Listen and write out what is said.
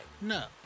No